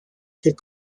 could